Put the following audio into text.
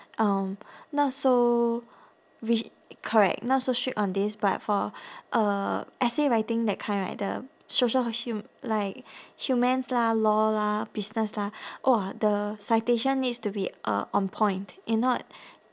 um not so restr~ correct not so strict on this but for uh essay writing that kind right the social like humans lah law lah business lah !wah! the citation needs to be uh on point if not